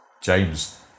James